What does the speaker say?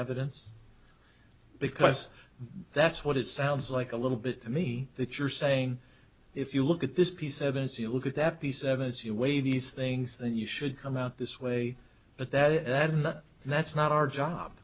evidence because that's what it sounds like a little bit to me that you're saying if you look at this piece of evidence you look at that piece of evidence you weigh these things then you should come out this way but that's not that's not our job